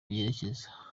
yerekeza